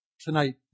tonight